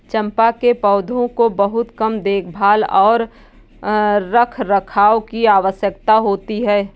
चम्पा के पौधों को बहुत कम देखभाल और रखरखाव की आवश्यकता होती है